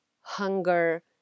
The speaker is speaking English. hunger